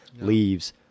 leaves